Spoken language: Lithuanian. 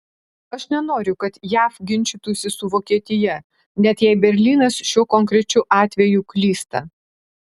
aš nenoriu kad jav ginčytųsi su vokietija net jei berlynas šiuo konkrečiu atveju klysta